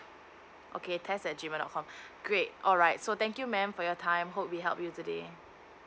okay test at G mail dot com great alright so thank you ma'am for your time hope we help you today